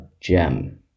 gem